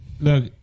look